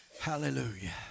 Hallelujah